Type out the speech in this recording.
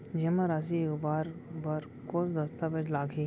जेमा राशि उबार बर कोस दस्तावेज़ लागही?